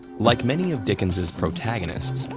like many of dickens's protagonists,